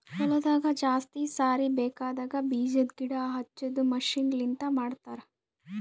ಹೊಲದಾಗ ಜಾಸ್ತಿ ಸಾರಿ ಬೇಕಾಗದ್ ಬೀಜದ್ ಗಿಡ ಹಚ್ಚದು ಮಷೀನ್ ಲಿಂತ ಮಾಡತರ್